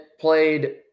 played